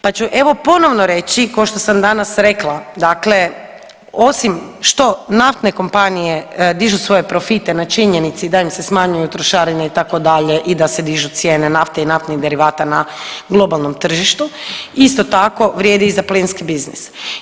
pa ću evo, ponovno reći kao što sam danas rekla, dakle osim što naftne kompanije dižu svoje profite na činjenici da im se smanjuju trošarine, itd. i da se dižu cijene nafte i naftnih derivata na globalnom tržištu, isto tako vrijedi i za plinski biznis.